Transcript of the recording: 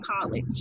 college